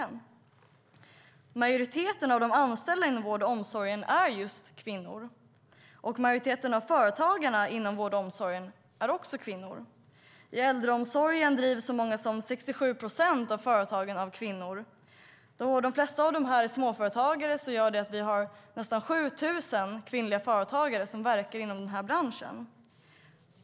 Majoriteten av de anställda inom vård och omsorgen är kvinnor. Och majoriteten av företagarna inom vård och omsorgen är också kvinnor. I äldreomsorgen drivs så många som 67 procent av företagen av kvinnor. Då de flesta av dessa är småföretag finns så många som 7 000 kvinnliga företagare som verkar inom den här branschen.